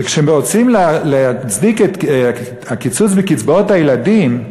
וכשרוצים להצדיק את הקיצוץ בקצבאות הילדים,